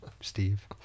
Steve